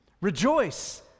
Rejoice